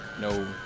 No